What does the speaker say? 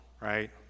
right